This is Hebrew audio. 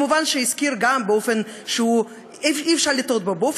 מובן שהזכיר גם באופן שאי-אפשר לטעות בו,